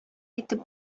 әйтеп